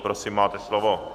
Prosím, máte slovo.